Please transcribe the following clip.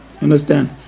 Understand